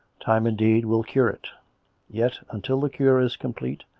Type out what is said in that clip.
time, indeed, will cure it yet until the cure is complete,